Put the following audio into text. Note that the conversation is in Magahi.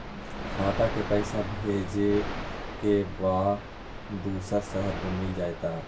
खाता के पईसा भेजेए के बा दुसर शहर में मिल जाए त?